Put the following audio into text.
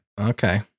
Okay